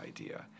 idea